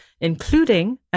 including